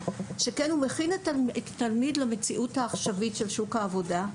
שכן הוא מכין את התלמיד למציאות העכשווית של שוק העבודה,